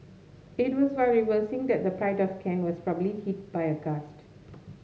it was while reversing that the Pride of Kent was probably hit by a gust